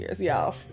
y'all